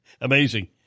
Amazing